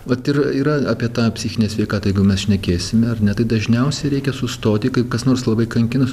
vat ir yra apie tą psichinę sveikatą jeigu mes šnekėsime ar ne tai dažniausiai reikia sustoti kai kas nors labai kankinas